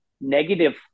negative